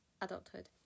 adulthood